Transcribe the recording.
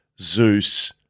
Zeus